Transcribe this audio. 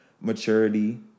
maturity